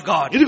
God